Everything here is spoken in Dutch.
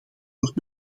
wordt